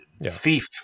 thief